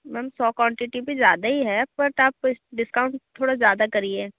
ma'am सौ quantity पर ज़्यादा ही है बट आप इस डिस्काउंट थोड़ा ज़्यादा करिए